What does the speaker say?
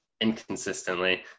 inconsistently